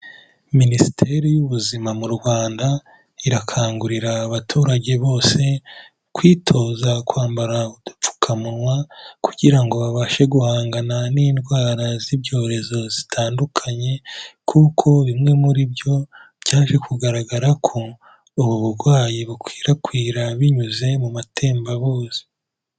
Minisiteri y'ubuzima mu Rwanda, irakangurira abaturage bose, kwitoza kwambara udupfukamunwa kugira ngo babashe guhangana n'indwara z'ibyorezo zitandukanye kuko bimwe muri byo byaje kugaragara ko ubu burwayi bukwirakwira binyuze mu matembabuzi.